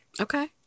Okay